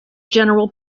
general